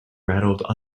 rattled